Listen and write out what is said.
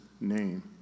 name